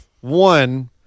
one